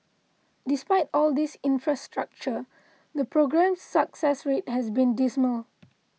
despite all this infrastructure the programme's success rate has been dismal